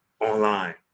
online